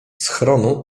schronu